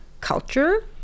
culture